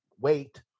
Wait